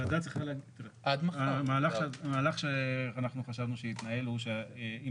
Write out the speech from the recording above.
המהלך שאנחנו חשבנו שיתנהל הוא שאם